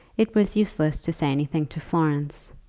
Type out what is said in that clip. it was useless to say anything to florence,